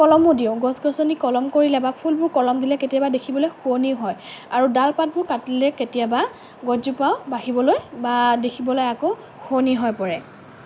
কলমো দিওঁ গছ গছনি কলম কৰিলে বা ফুলবোৰ কলম দিলে কেতিয়াবা দেখিবলৈ শুৱনি হয় আৰু ডাল পাতবোৰ কাটিলে কেতিয়াবা গছজোপা বাঢ়িবলৈ বা দেখিবলৈ আকৌ শুৱনি হৈ পৰে